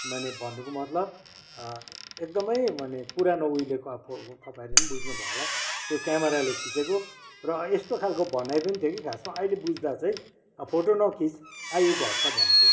मैले भन्नुको मतलब एकदमै माने पुरानो उहिलेको अब तपाईँहरूले पनि बुझ्नुभयो होला यो क्यामराले खिचेको र यस्तो खालको भनाइ पनि थियो कि खासमा अहिले बुझ्दा चाहिँ फोटो नखिच आयु घट्छ भन्थ्यो